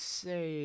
say